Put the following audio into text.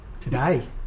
Today